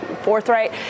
forthright